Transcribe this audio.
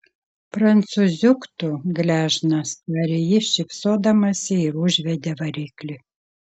prancūziuk tu gležnas tarė ji šypsodamasi ir užvedė variklį